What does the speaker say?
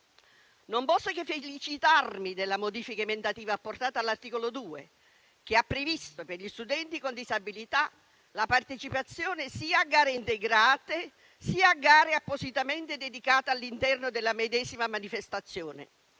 Non posso che felicitarmi della modifica emendativa apportata all'articolo 2, che ha previsto per gli studenti con disabilità la partecipazione sia a gare integrate sia a gare appositamente dedicate all'interno della medesima manifestazione,